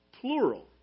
plural